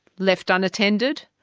left unattended,